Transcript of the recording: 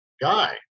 guy